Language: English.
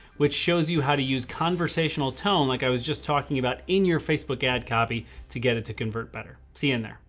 which shows you how to use conversational tone like i was just talking about in your facebook ad copy to get it to convert better. see in there.